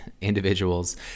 individuals